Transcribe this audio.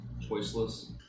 choiceless